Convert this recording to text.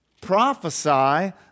prophesy